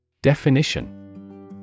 Definition